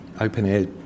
open-air